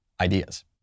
ideas